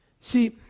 See